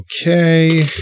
Okay